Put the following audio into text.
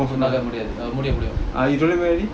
முடியாதுமுடியும்முடியும்:mudiathu mudium mudium